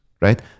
Right